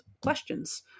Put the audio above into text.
questions